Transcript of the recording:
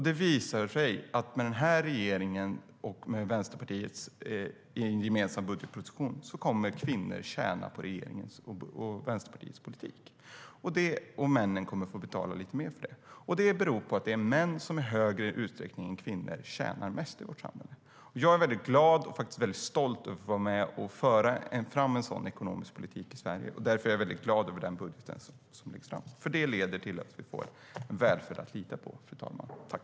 Det visar sig att kvinnor kommer att tjäna på regeringens och Vänsterpartiets politik. Männen kommer att få betala lite mer. Det beror på att det i hög utsträckning är män som tjänar mest i vårt samhälle.